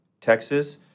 Texas